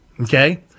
Okay